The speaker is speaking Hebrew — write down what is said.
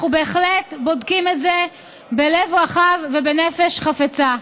אנחנו בהחלט בודקים את זה בלב רחב ובנפש חפצה.